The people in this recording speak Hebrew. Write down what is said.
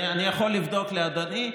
אני יכול לבדוק לאדוני.